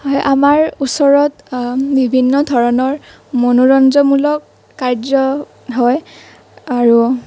হয় আমাৰ ওচৰত বিভিন্ন ধৰণৰ মনোৰঞ্জনমূলক কাৰ্য হয় আৰু